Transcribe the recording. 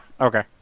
okay